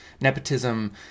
Nepotism